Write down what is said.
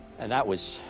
and that was,